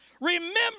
Remember